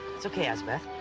it's okay azabeth,